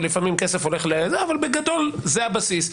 אבל בגדול זה הבסיס.